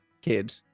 kid